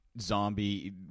zombie